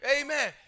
amen